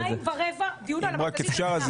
אם אפשר,